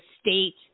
State